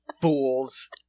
fools